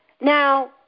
Now